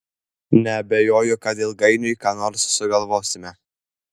neabejoju kad ilgainiui ką nors sugalvosime